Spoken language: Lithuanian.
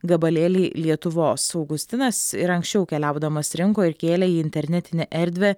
gabalėliai lietuvos augustinas ir anksčiau keliaudamas rinko ir kėlė į internetinę erdvę